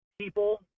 People